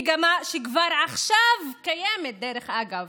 מגמה שכבר עכשיו קיימת, דרך אגב.